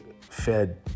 fed